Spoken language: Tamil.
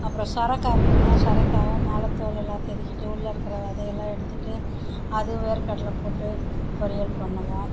அப்புறம் சுரக்கா இருக்குதுனுனா சுரக்காவும் மேலே தோலெலாம் செதுக்கிவிட்டு உள்ளே இருக்கிற விதையெல்லாம் எடுத்துவிட்டு அதுவும் வேர் கடலை போட்டு பொரியல் பண்ணுவோம்